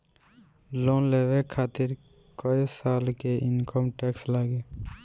Loan लेवे खातिर कै साल के इनकम टैक्स लागी?